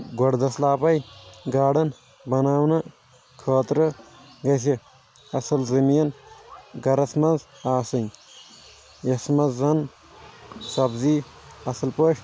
گۄڈٕ دٔسلابَے گاڑَن بَناونہٕ خٲطرٕ گژھِ اَصٕل زٔمیٖن گَرَس منٛز آسٕنۍ یَتھ منٛز زَن سبزی اَصٕل پٲٹھۍ